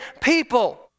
people